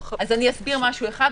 אסביר משהו אחד,